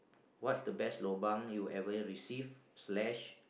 what's the best lobang you ever yet received slash